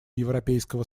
европейского